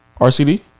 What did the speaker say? RCD